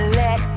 let